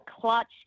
clutch